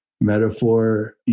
metaphor